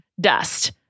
dust